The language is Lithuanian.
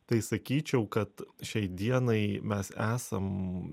tai sakyčiau kad šiai dienai mes esam